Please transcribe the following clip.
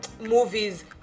movies